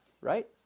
right